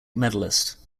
medallist